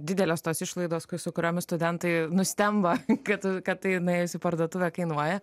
didelės tos išlaidos su kuriomis studentai nustemba kad kad tai nuėjus į parduotuvę kainuoja